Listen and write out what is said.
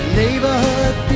neighborhood